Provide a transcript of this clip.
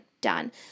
done